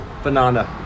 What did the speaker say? Banana